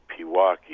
Pewaukee